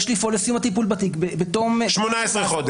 יש לפעול לסיום הטיפול בתיק בתום 18 חודשים.